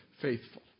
faithful